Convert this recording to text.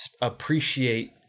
appreciate